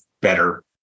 better